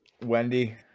Wendy